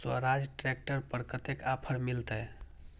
Swaraj tractor पर कतेक offer मिलते?